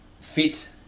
fit